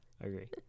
Agree